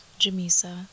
Jamisa